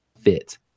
fit